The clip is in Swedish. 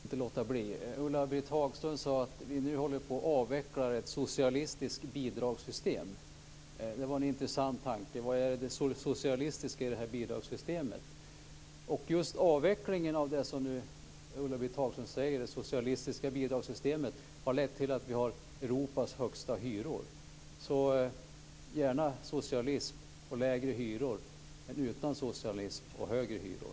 Fru talman! Jag kunde inte låta bli. Ulla-Britt Hagström sade att vi nu håller på att avveckla ett socialistiskt bidragssystem. Det var en intressant tanke. Vad är det socialistiska i bidragssystemet? Just avvecklingen av det som Ulla-Britt Hagström kallar det socialistiska bidragssystemet har lett till att vi har Europas högsta hyror. Heller socialism och lägre hyror än ej socialism och högre hyror.